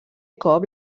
cop